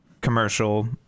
commercial